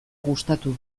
gustatu